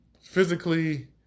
Physically